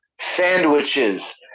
sandwiches